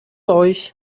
euch